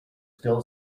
still